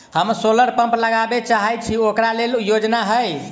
हम solar pump लगाबै चाहय छी ओकरा लेल योजना हय?